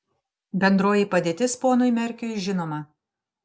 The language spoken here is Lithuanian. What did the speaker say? bendroji padėtis ponui merkiui žinoma